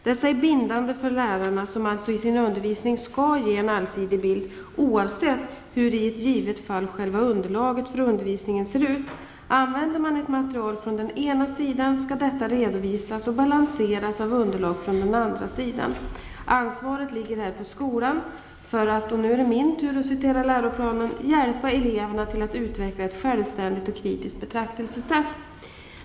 Dessa är bindande för lärarna, som alltså i sin undervisning skall ge en allsidig bild, oavsett hur i ett givet fall själva underlaget för undervisningen ser ut. Använder man ett material från den ena sidan, skall detta redovisas och balanseras av underlag från den andra sidan. Ansvaret ligger här på skolan för att -- och nu är det min tur att åberopa läroplanen -- hjälpa eleverna till att utveckla ett självständigt och kritiskt betraktelsesätt.